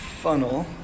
funnel